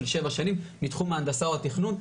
של שבע שנים מתחום ההנדסה או התכנון.